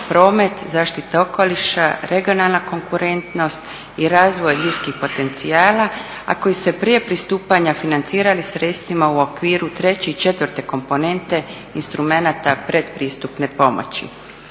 promet, zaštita okoliša, regionalna konkurentnost i razvoj ljudskih potencijala, a koji su se prije pristupanja financirali sredstvima u okviru 3. i 4. komponente instrumenata pretpristupne pomoći.